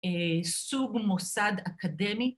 ‫סוג מוסד אקדמי.